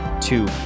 two